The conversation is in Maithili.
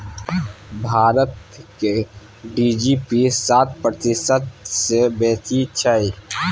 भारतक जी.डी.पी सात प्रतिशत सँ बेसी छै